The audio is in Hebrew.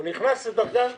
הוא נכנס לדרגה ז'